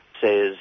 says